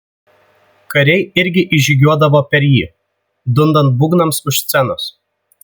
kariai irgi įžygiuodavo per jį dundant būgnams už scenos